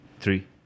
three